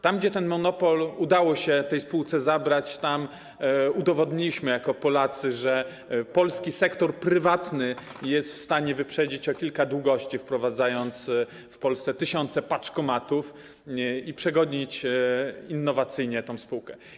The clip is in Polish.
Tam, gdzie ten monopol udało się tej spółce odebrać, udowodniliśmy jako Polacy, że polski sektor prywatny jest w stanie wyprzedzić o kilka długości, wprowadzając w Polsce tysiące paczkomatów, i przegonić innowacyjnie tę spółkę.